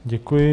Děkuji.